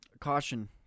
caution